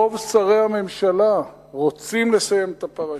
רוב שרי הממשלה רוצים לסיים את הפרשה.